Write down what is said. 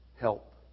Help